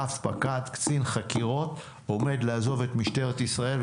רב-פקד קצין חקירות עומד לעזוב את משטרת ישראל,